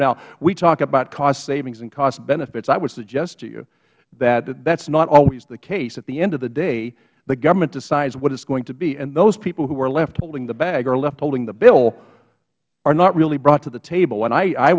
now we talk about cost savings and cost benefits i would suggest to you that that is not always the case at the end of the day the government decides what it is going to be and those people who are left holding the bag are left holding the bill are not really brought to the table